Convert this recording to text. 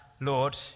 Lord